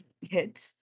hits